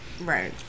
Right